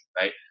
right